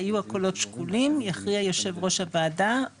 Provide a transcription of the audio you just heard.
היו הקולות שקולים יכריע יושב ראש הוועדה.